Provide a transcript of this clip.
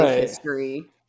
history